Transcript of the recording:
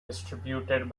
distributed